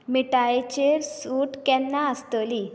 मिठायेचेर सूट केन्ना आसतली